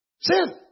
sin